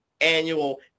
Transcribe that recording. annual